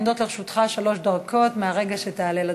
עומדות לרשותך שלוש דקות מהרגע שתעלה לדוכן.